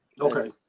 Okay